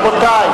רבותי.